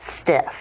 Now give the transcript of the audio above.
stiff